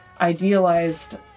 idealized